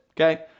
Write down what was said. Okay